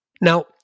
Now